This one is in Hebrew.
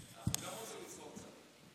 מבקשת חשבון נפש?